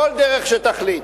כל דרך שתחליט,